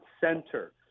center